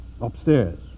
Upstairs